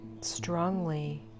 strongly